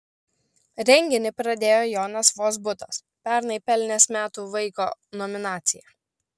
renginį pradėjo jonas vozbutas pernai pelnęs metų vaiko nominaciją